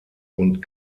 und